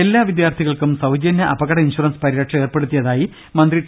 എല്ലാ വിദ്യാർത്ഥികൾക്കും സൌജന്യ അപകട ഇൻഷുറൻസ് പരി രക്ഷ ഏർപ്പെടുത്തിയതായി മന്ത്രി ടി